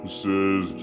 says